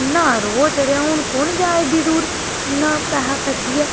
इ'न्ना रोह् चढ़ेआ हून कौन जां एड्डी दूर इ'न्ना पैसा खर्चियै